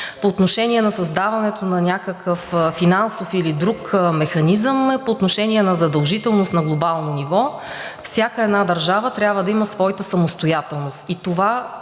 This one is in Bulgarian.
по отношение на създаването на някакъв финансов или друг механизъм, по отношение на задължителност на глобално ниво всяка една държава трябва да има своята самостоятелност.